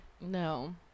No